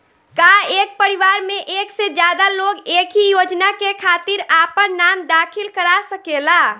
का एक परिवार में एक से ज्यादा लोग एक ही योजना के खातिर आपन नाम दाखिल करा सकेला?